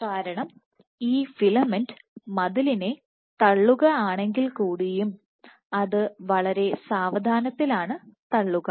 കാരണം ഈ ഫിലമെന്റ് മതിലിനെ തള്ളുക ആണെങ്കിൽ കൂടിയും അത് വളരെ സാവധാനത്തിലാണ് തള്ളുക